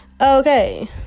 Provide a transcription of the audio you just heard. Okay